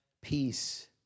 Peace